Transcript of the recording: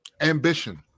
ambition